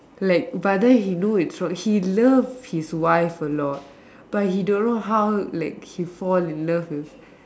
like but then he know it's wrong he love his wife a lot but he don't know how like he fall in love with